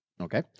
Okay